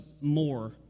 more